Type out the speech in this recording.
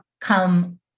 come